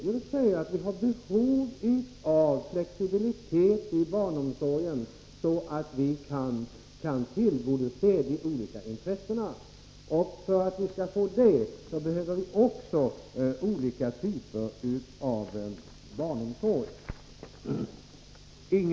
Jo, att vi har behov av flexibilitet i barnomsorgen, så att vi kan tillgodose de olika intressena. Och för att vi skall få detta behöver vi också olika typer av barnomsorg.